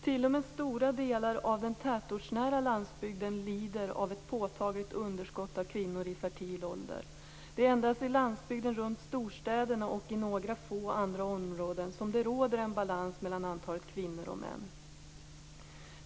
T.o.m. stora delar av den tätortsnära landsbygden lider av ett påtagligt underskott av kvinnor i fertil ålder. Det är endast i landsbygden runt storstäderna och i några få andra områden som det råder en balans mellan antalet kvinnor och män.